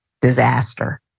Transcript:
disaster